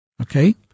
okay